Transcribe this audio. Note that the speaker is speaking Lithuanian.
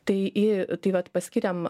tai į tai vat paskyrėm